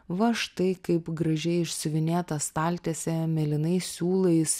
va štai kaip gražiai išsiuvinėta staltiesė mėlynais siūlais